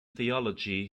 theology